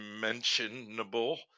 mentionable